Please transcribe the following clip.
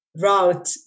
route